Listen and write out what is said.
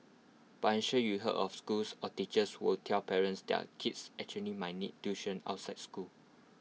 but I'm sure you heard of schools or teachers who will tell parents their kids actually might need tuition outside school